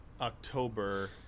october